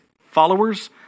followers